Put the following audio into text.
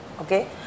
Okay